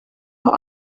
los